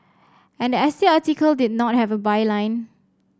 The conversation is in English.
and the S T article did not have a byline